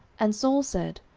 and saul said,